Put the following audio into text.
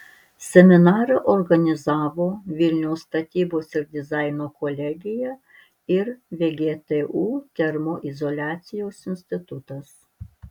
seminarą organizavo vilniaus statybos ir dizaino kolegija ir vgtu termoizoliacijos institutas